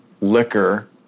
liquor